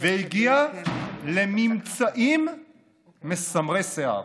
והגיע לממצאים מסמרי שיער.